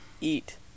eat